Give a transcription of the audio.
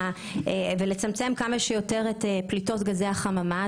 לצמצם כמה שיותר את פליטות גזי החממה.